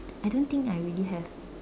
I don't think I really have